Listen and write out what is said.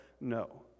No